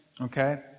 Okay